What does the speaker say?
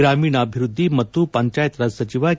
ಗ್ರಾಮೀಣಾಭಿವೃದ್ಧಿ ಮತ್ತು ಪಂಚಾಯತ್ ರಾಜ್ ಸಚಿವ ಕೆ